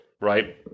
right